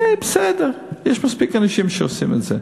בסדר, יש מספיק אנשים שעושים את זה.